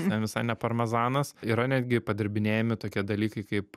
ten visai ne parmezanas yra netgi padirbinėjami tokie dalykai kaip